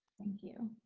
thank you.